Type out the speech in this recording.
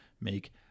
make